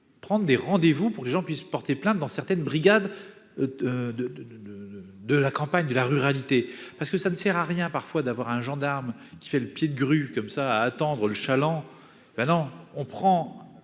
prendre des rendez-vous pour que les gens puissent porter plainte dans certaines brigades de, de, de, de, de, de la campagne de la ruralité, parce que ça ne sert à rien, parfois d'avoir un gendarme qui fait le pied de grue comme ça à attendre le chaland ben non, on prend